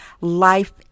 life